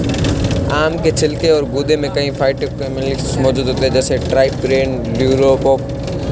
आम के छिलके और गूदे में कई फाइटोकेमिकल्स मौजूद होते हैं, जैसे ट्राइटरपीन, ल्यूपोल